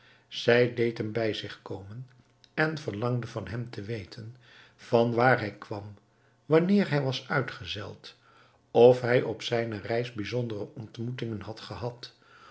zij deed hem bij zich komen en verlangde van hem te weten van waar hij kwam wanneer hij was uitgezeild of hij op zijne reis bijzondere ontmoetingen had gehad